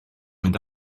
mynd